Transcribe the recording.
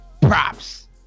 props